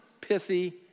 pithy